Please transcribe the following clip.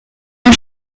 ont